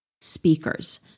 speakers